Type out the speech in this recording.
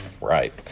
Right